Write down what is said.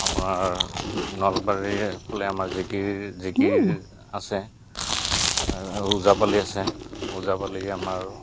আপোনাৰ নলবাৰীৰফালে আমাৰ জিকিৰ জিকিৰ আছে ওজাপালি আছে ওজাপালি আমাৰ